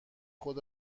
خود